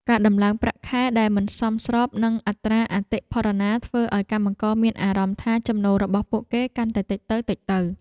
ការដំឡើងប្រាក់ខែដែលមិនសមស្របនឹងអត្រាអតិផរណាធ្វើឱ្យកម្មករមានអារម្មណ៍ថាចំណូលរបស់ពួកគេកាន់តែតិចទៅៗ។